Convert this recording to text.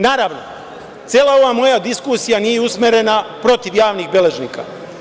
Naravno, cela ova moja diskusija nije usmerena protiv javnih beležnika.